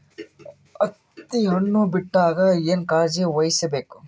ಹತ್ತಿ ಹಣ್ಣು ಬಿಟ್ಟಾಗ ಏನ ಕಾಳಜಿ ವಹಿಸ ಬೇಕು?